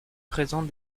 présente